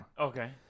Okay